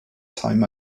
time